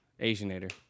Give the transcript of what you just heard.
Asianator